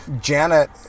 Janet